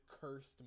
cursed